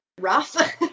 rough